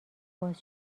باز